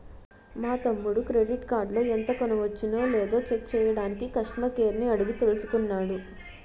మా తమ్ముడు క్రెడిట్ కార్డులో ఎంత కొనవచ్చునో లేదో చెక్ చెయ్యడానికి కష్టమర్ కేర్ ని అడిగి తెలుసుకున్నాడు